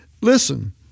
Listen